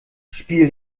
spiel